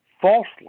falsely